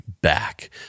back